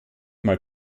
mal